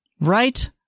right